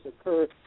occur